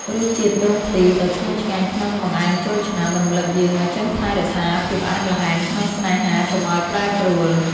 រសជាតិដូងខ្ទិះដ៏ឈ្ងុយឆ្ងាញ់ក្នុងបង្អែមចូលឆ្នាំ រំលឹកយើងឱ្យចេះថែរក្សាភាពផ្អែមល្ហែមក្នុងស្នេហាកុំឱ្យប្រែប្រួល។